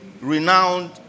renowned